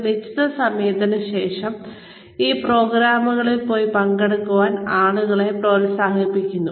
ഒരു നിശ്ചിത സമയത്തിന് ശേഷം ഈ പ്രോഗ്രാമുകളിൽ പോയി പങ്കെടുക്കാൻ ആളുകളെ പ്രോത്സാഹിപ്പിക്കുന്നു